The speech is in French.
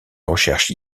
recherches